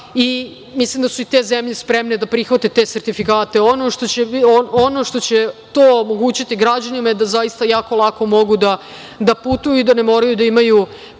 i mislim da su te zemlje spremne da prihvate te sertifikate. Ono što će to omogućiti građanima jeste da zaista jako lako mogu da putuju i da ne moraju da imaju